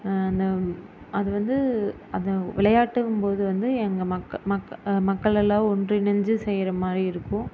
அந்த அது வந்து அது விளையாட்டுங்கும் போது வந்து எங்க மக் மக்க மக்கள் எல்லாம் ஒன்றிணைஞ்சி செய்கிற மாதிரி இருக்கும்